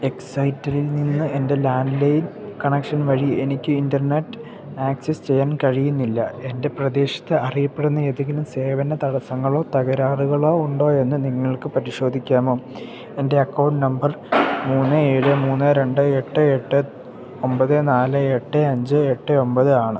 എക്സൈറ്റിൽ നിന്ന് എൻ്റെ landline connection വഴി എനിക്ക് ഇന്റർനെറ്റ് ആക്സസ് ചെയ്യാൻ കഴിയുന്നില്ല എൻ്റെ പ്രദേശത്ത് അറിയപ്പെടുന്ന ഏതെങ്കിലും സേവന തടസ്സങ്ങളോ തകരാറുകളോ ഉണ്ടോ എന്നു നിങ്ങൾക്കു പരിശോധിക്കാമോ എൻ്റെ അക്കൗണ്ട് നമ്പർ മൂന്ന് ഏഴ് മൂന്ന് രണ്ട് എട്ട് എട്ട് ഒന്പത് നാല് എട്ട് അഞ്ച് എട്ട് ഒന്പത് ആണ്